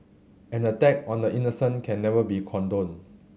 an attack on the innocent can never be condoned